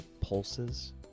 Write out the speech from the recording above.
pulses